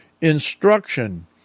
instruction